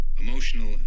emotional